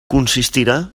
consistirà